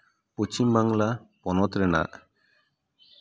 ᱯᱚᱪᱷᱤᱢ ᱵᱟᱝᱞᱟ ᱯᱚᱱᱚᱛ ᱨᱮᱱᱟᱜ